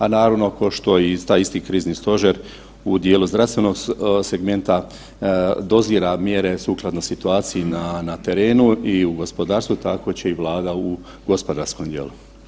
A naravno košto i taj isti krizni stožer u dijelu zdravstvenog segmenta dozira mjere sukladno situaciji na terenu i u gospodarstvu, tako će i Vlada u gospodarskom dijelu.